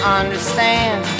understand